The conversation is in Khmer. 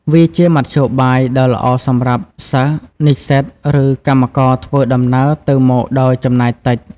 វាជាមធ្យោបាយដ៏ល្អសម្រាប់សិស្ស និស្សិតឬកម្មករធ្វើដំណើរទៅមកដោយចំណាយតិច។